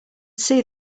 see